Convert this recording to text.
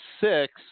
six